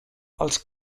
els